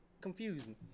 confusing